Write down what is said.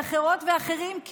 ואחרות ואחרים,